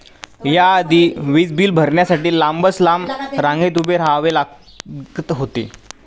या आधी वीज बिल भरण्यासाठी लांबच लांब रांगेत उभे राहावे लागत होते